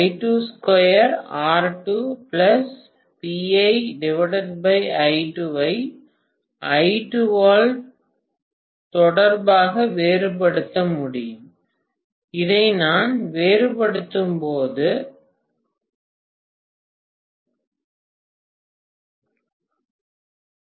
ஐ I2 ஆல் தொடர்பாக வேறுபடுத்தப்பட வேண்டும்